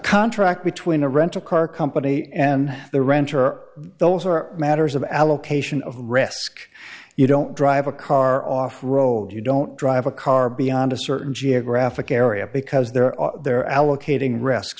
contract between a rental car company and the renter are those are matters of allocation of risk you don't drive a car off road you don't drive a car beyond a certain geographic area because there are allocating risk